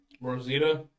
Rosita